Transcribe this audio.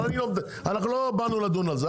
אבל לא באנו לדון על זה,